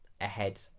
ahead